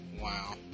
Wow